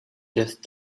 just